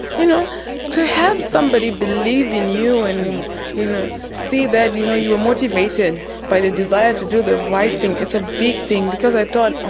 you know to have somebody believe in you and to ah see that and you know you were motivated by the desire to do the right thing is a big thing because i thought, ah